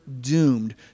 doomed